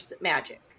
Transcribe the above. magic